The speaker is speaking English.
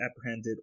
apprehended